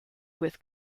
with